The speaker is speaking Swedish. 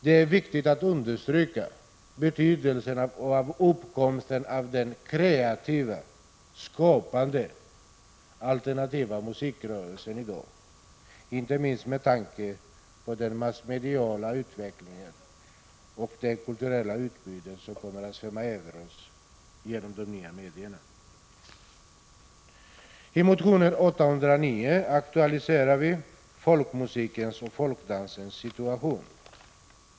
Det är viktigt att understryka betydelsen av uppkomsten av den kreativa, skapande alternativa musikrörelsen i dag, inte minst med tanke på den massmediala utvecklingen och det kulturella utbud som kommer att svämma över oss genom de nya medierna. Fru talman!